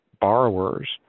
borrowers